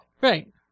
Right